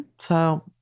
So-